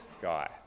guy